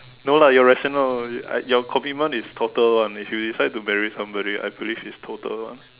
no lah you're rational you I your commitment is total one if you decide to bury somebody I believe is total one